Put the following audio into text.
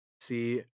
see